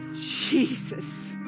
Jesus